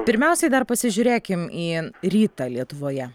pirmiausiai dar pasižiūrėkim į rytą lietuvoje